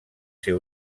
ser